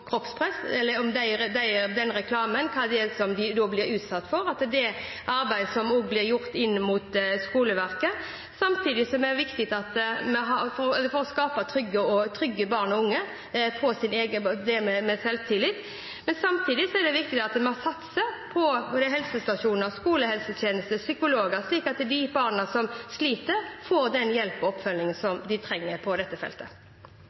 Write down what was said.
kroppspress, om reklamen og hva de blir utsatt for, og det blir også gjort et arbeid inn mot skoleverket for å skape trygge barn og unge med selvtillit. Samtidig er det viktig at vi satser på helsestasjoner, skolehelsetjeneste, psykologer, slik at de barna som sliter, får den hjelp og oppfølging de trenger på dette feltet.